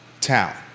town